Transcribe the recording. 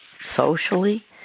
socially